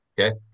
Okay